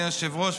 אדוני היושב-ראש,